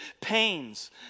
pains